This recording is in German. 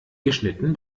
geschnitten